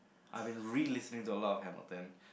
I've been really listening to a lot of Hamilton